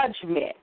judgment